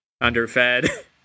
underfed